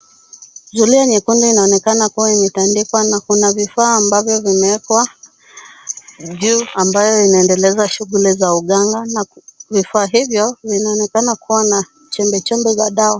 Zulia nyekundu inaonekana kuwa imetandikwa na kuna vifaa ambavyo vimewekwa juu ambayo inaendeleza shughuli za uganga na vifaa hivyo vinaonekana kuwa na chembechembe za dawa.